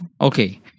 Okay